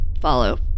follow